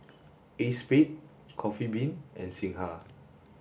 ACEXSPADE Coffee Bean and Singha